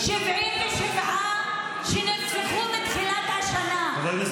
77 שנרצחו מתחילת השנה, חבר הכנסת ביסמוט.